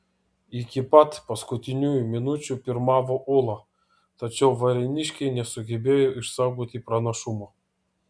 iki pat paskutiniųjų minučių pirmavo ūla tačiau varėniškiai nesugebėjo išsaugoti pranašumo